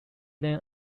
then